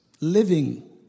living